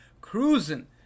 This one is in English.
Cruising